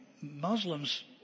Muslims